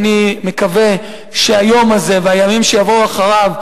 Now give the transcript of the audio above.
אני מקווה שהיום הזה והימים שיבואו אחריו,